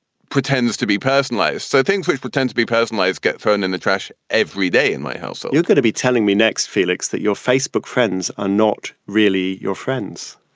pretends to be personalized so thingswhich pretends to be personalized, get phone in the trash every day in my house so you're going to be telling me next, feliks, that your facebook friends are not really your friends